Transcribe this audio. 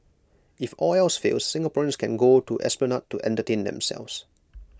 if all else fails Singaporeans can go to esplanade to entertain themselves